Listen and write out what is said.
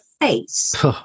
face